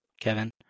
Kevin